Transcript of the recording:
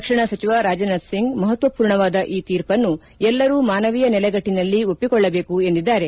ರಕ್ಷಣಾ ಸಚಿವ ರಾಜ್ನಾಥ್ ಸಿಂಗ್ ಮಹತ್ವಪೂರ್ಣವಾದ ಈ ತೀರ್ಪನ್ನು ಎಲ್ಲರೂ ಮಾನವೀಯ ನೆಲಗಟ್ಟನಲ್ಲಿ ಒಪ್ಪಿಕೊಳ್ಳಬೇಕು ಎಂದಿದ್ದಾರೆ